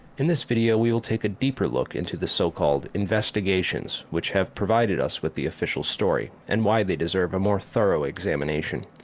in this video we will take a deeper look into the so called investigations which have provided us with the official story and why they deserve a more thorough examination.